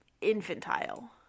infantile